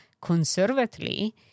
conservatively